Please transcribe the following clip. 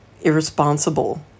irresponsible